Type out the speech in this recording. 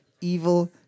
Evil